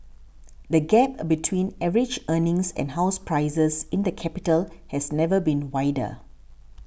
the gap a between average earnings and house prices in the capital has never been wider